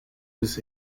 was